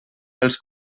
els